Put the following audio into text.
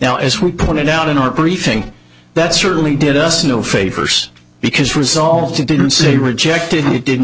now as we pointed out in our briefing that certainly did us no favors because resolved to didn't say rejected it didn't